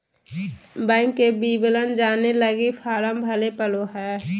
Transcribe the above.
bank के विवरण जाने लगी फॉर्म भरे पड़ो हइ